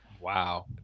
Wow